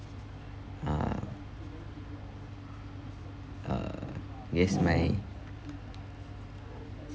uh uh guess my